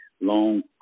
long